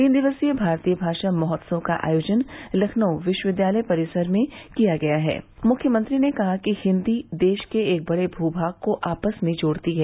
तीन दिवसीय भारतीय भाषा महोत्सव का आयोजन लखनऊ विश्वविद्यालय परिसर में किया गया है मुख्यमंत्री ने कहा कि हिन्दी देश के एक बड़े भू भाग को आपस में जोड़ती है